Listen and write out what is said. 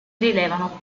rilevano